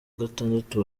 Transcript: gatandatu